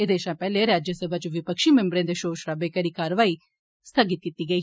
एहदे शा पैहले राज्यसभा च विपक्षी मैम्बरें दे शोर शराबे करी कारवाई स्थगित कीती गेई